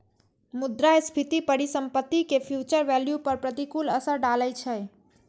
मुद्रास्फीति परिसंपत्ति के फ्यूचर वैल्यू पर प्रतिकूल असर डालै छै